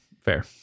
Fair